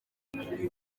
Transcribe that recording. kuri